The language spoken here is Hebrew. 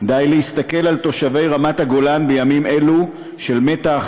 די להסתכל על תושבי רמת הגולן בימים אלו של מתח,